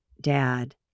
dad